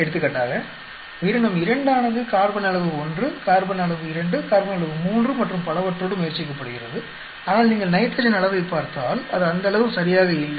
எடுத்துக்காட்டாக உயிரினம் 2 ஆனது கார்பன் அளவு 1 கார்பன் அளவு 2 கார்பன் அளவு 3 மற்றும் பலவற்றோடு முயற்சிக்கப்படுகிறது ஆனால் நீங்கள் நைட்ரஜன் அளவைப் பார்த்தால் அது அந்தளவு சரியாக இல்லை